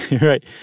Right